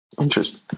Interesting